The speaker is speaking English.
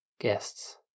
guests